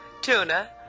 Tuna